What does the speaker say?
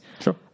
sure